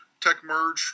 techmerge